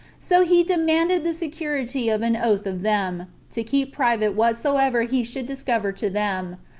so he demanded the security of an oath of them, to keep private whatsoever he should discover to them,